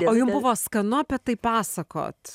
o jum buvo skanu apie tai pasakot